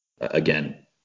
again